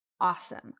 awesome